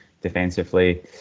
defensively